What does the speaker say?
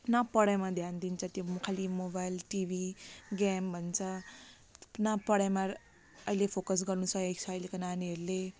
न पढाइमा ध्यान दिन्छ त्यो खालि मोबाइल टिभी गेम भन्छ न पढाइमा अहिले फोकस गर्नुसकेको छ अहिलेको नानीहरूले